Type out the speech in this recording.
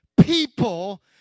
people